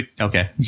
Okay